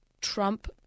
Trump